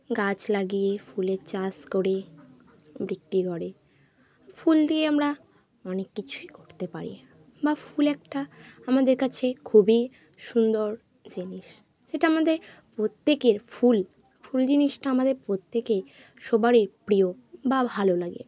গাছ লাগিয়ে ফুলের চাষ করে বিক্রি করে ফুল দিয়ে আমরা অনেক কিছুই করতে পারি বা ফুল একটা আমাদের কাছে খুবই সুন্দর জিনিস যেটা আমাদের প্রত্যেকের ফুল ফুল জিনিসটা আমাদের প্রত্যেকেই সবারই প্রিয় বা ভালো লাগে